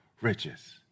riches